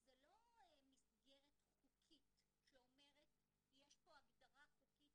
זה לא מסגרת חוקית שאומרת שיש פה הגדרה חוקית,